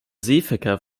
seeverkehr